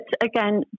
again